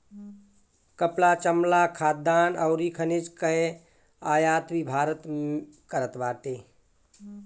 कपड़ा, चमड़ा, खाद्यान अउरी खनिज कअ आयात भी भारत करत बाटे